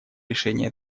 решение